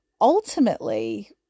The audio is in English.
ultimately